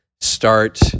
start